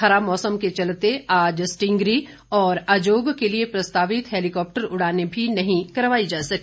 खराब मौसम के चलते आज स्टींगरी और अजोग के लिए प्रस्तावित हैलीकॉप्टर उडानें भी नहीं करवाई जा सकी